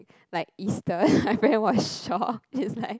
like Eastern my friend was shocked he's like